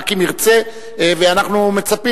רק אם ירצה ואנחנו מצפים,